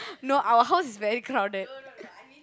no our house is very crowded